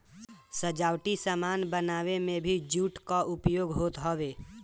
सजावटी सामान बनावे में भी जूट कअ उपयोग होत हवे